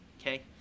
okay